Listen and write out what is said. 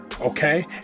okay